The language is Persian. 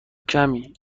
کمی